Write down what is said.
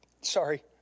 Sorry